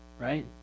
right